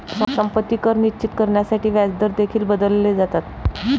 संपत्ती कर निश्चित करण्यासाठी व्याजदर देखील बदलले जातात